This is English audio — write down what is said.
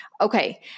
Okay